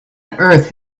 earth